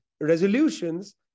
resolutions